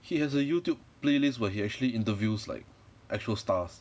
he has a YouTube playlist where he actually interviews like actual stars